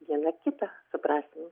viena kitą suprasim